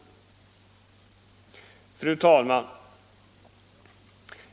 Fru talman!